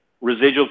residual